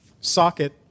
socket